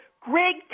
Greg